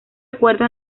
acuerdo